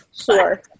Sure